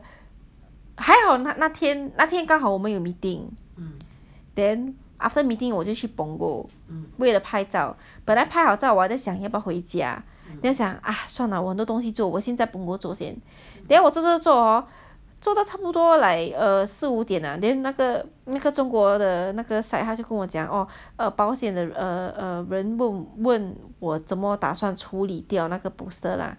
还好那天那天刚好我们有 meeting then after meeting 我就去 punggol 为了拍照本来拍好照我还想要不要回家 then 我就想算了 lah 有东西做现在我走先 then 我做做做 hor 做到差不多 like 四五点 then 那个那个中国的那个 side 他就跟我讲 orh 保险的人问我怎么打算处理掉那个 poster lah